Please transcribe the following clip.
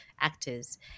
actors